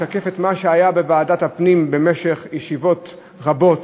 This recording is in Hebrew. לשקף את מה שהיה בוועדת הפנים במשך ישיבות רבות,